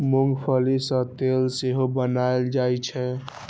मूंंगफली सं तेल सेहो बनाएल जाइ छै